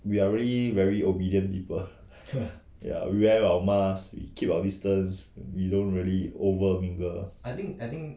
we are already very obedient people ya we wear our mask we keep our distance we don't really over mingle ah